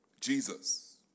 Jesus